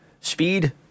speed